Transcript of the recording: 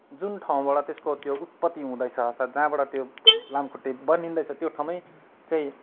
जुन ठाउँबाट त्यसको त्यो उत्पति हुँदैछ अथवा जहाँबाट त्यो लामखुट्टे बनिँदैछ त्यो ठाउँमै चाहिँ